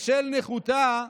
בשל נכותה,